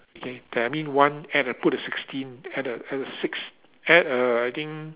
okay there I mean one add a put a sixteen at the at the six add a I think